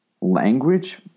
language